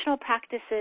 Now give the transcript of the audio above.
practices